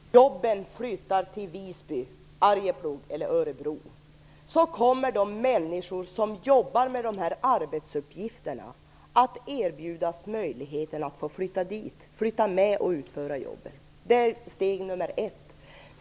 Fru talman! Jag hör att vi får ta en grundkurs i arbetsrätt. Om jobben flyttas till Visby, Arjeplog eller Örebro kommer de människor som jobbar med dessa arbetsuppgifter att erbjudas möjligheten att flytta med och utföra jobben. Det är steg nr 1.